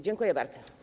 Dziękuję bardzo.